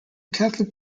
catholic